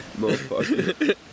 Motherfucker